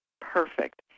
perfect